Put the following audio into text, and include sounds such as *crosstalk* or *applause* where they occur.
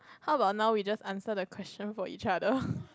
how about now we just answer the question for each other *laughs*